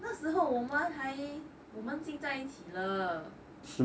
那时候我们还我们聚在一起了